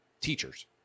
teachers